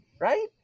Right